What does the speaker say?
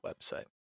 website